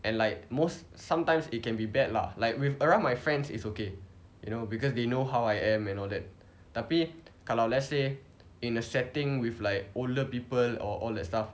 and like most sometimes it can be bad lah like with around my friends is okay you know because they know how I am and all that tapi kalau let's say in a setting with like older people or all that stuff